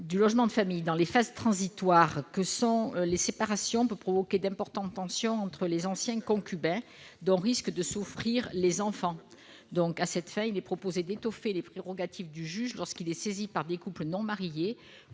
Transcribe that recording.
du logement de la famille dans les phases transitoires que sont les séparations peut provoquer d'importantes tensions entre les anciens concubins, dont risquent de souffrir les enfants. Pour les éviter, nous proposons d'étoffer les prérogatives du juge lorsqu'il est saisi par des couples non mariés,